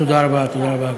תודה רבה, גברתי.